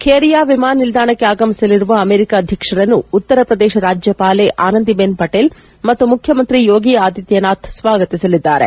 ಬೇರಿಯಾ ವಿಮಾನ ನಿಲ್ದಾಣಕ್ಕೆ ಆಗಮಿಸಲಿರುವ ಅಮೆರಿಕ ಅಧ್ಯಕ್ಷರನ್ನು ಉತ್ತರ ಪ್ರದೇಶ ರಾಜ್ಕಪಾಲೆ ಆನಂದಿಬೆನ್ ಪಟೇಲ್ ಮತ್ತು ಮುಖ್ಯಮಂತ್ರಿ ಯೋಗಿ ಆದಿತ್ಯನಾಥ್ ಸ್ವಾಗತಿಸಲಿದ್ದಾರೆ